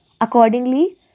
Accordingly